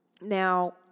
now